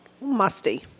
musty